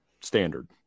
standard